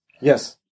Yes